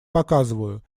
показываю